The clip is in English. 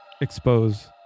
expose